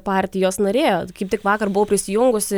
partijos narė kaip tik vakar buvau prisijungusi